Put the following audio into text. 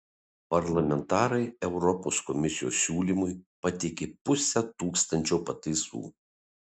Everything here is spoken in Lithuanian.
parlamentarai europos komisijos siūlymui pateikė pusę tūkstančio pataisų